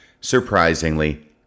surprisingly